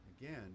again